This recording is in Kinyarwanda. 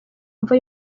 mva